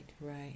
right